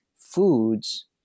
foods